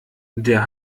der